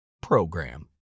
program